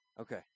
Okay